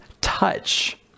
touch